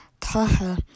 Taha